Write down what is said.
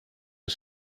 are